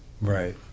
right